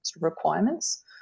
requirements